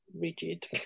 rigid